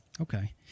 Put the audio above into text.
Okay